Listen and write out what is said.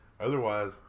Otherwise